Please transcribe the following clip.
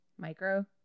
micro